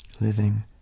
living